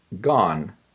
gone